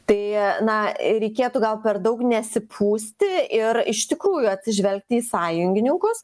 tai na reikėtų gal per daug nesipūsti ir iš tikrųjų atsižvelgti į sąjungininkus